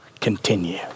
continue